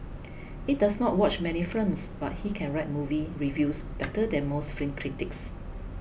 he does not watch many films but he can write movie reviews better than most film critics